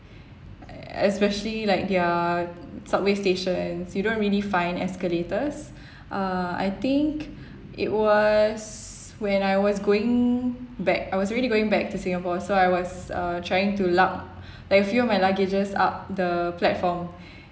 especially like their subway stations you don't really find escalators uh I think it was when I was going back I was already going back to Singapore so I was uh trying to lug like a few of my luggages up the platform